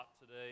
today